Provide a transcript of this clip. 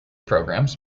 programs